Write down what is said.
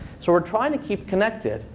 so we're trying to keep connected.